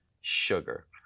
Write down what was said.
sugar